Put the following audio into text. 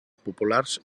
populars